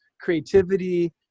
creativity